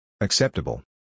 Acceptable